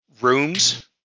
rooms